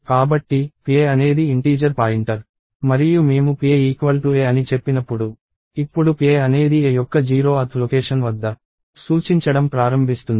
కాబట్టి pa అనేది integer pointer మరియు మేము pa a అని చెప్పినప్పుడు ఇప్పుడు pa అనేది a యొక్క 0th లొకేషన్ వద్ద సూచించడం ప్రారంభిస్తుంది